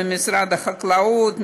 משרד החקלאות,